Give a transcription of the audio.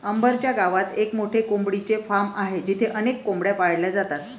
अंबर च्या गावात एक मोठे कोंबडीचे फार्म आहे जिथे अनेक कोंबड्या पाळल्या जातात